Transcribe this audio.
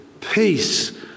peace